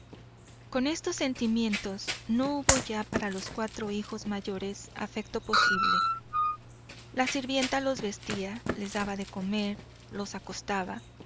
con estos sentimientos no hubo ya para los cuatro hijos mayores afecto posible la sirvienta los vestía les daba de comer los acostaba